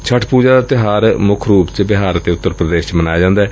ਛੱਠ ਪੂਜਾ ਦਾ ਤਿਉਹਾਰ ਮੁੱਖ ਰੂਪ ਚ ਬਿਹਾਰ ਅਤੇ ਉੱਤਰ ਪ੍ਦੇਸ਼ ਚ ਮਨਾਇਆ ਜਾਂਦੈ